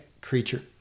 creature